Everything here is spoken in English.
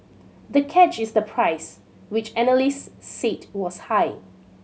the catch is the price which analysts said was high